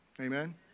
Amen